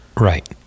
Right